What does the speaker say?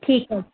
ਠੀਕ ਹੈ